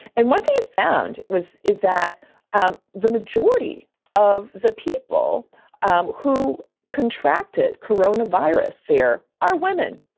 and what they found was, is that um the majority of the people um who contracted corona virus, there are women.